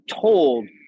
told